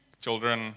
children